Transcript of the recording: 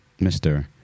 Mr